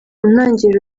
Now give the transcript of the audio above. ntangiriro